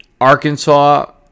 Arkansas